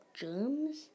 Germs